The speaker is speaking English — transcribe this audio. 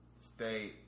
stay